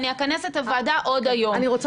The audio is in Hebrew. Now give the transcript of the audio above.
אני מקבלת את הביקורת --- אנחנו